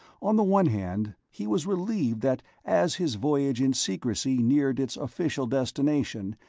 on the one hand, he was relieved that as his voyage in secrecy neared its official destination,